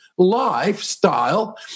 lifestyle